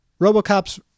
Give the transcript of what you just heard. Robocop's